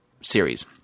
series